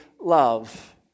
love